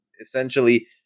essentially